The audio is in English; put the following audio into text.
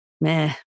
meh